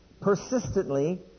persistently